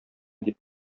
дип